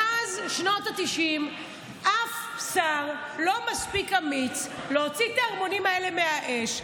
מאז שנות התשעים אף שר לא מספיק אמיץ להוציא את הערמונים האלה מהאש,